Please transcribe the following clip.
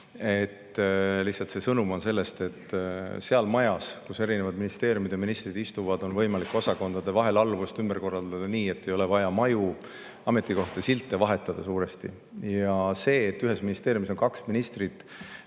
ka. Lihtsalt see sõnum on selline, et seal majas, kus on erinevad ministeeriumid ja kus ministrid istuvad, on võimalik osakondade vahel alluvust ümber korraldada nii, et suuresti ei ole vaja ametikohtade silte vahetada. See, et ühes ministeeriumis on kaks ministrit,